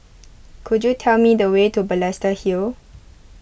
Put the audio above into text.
could you tell me the way to Balestier Hill